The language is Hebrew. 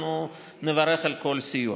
ואנחנו נברך על כל סיוע.